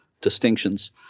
distinctions